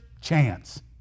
chance